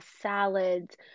salads